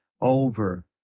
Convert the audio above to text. over